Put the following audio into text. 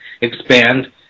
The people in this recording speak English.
expand